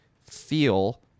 feel